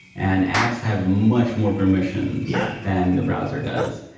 and apps have much more permissions yeah than the browser does.